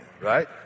right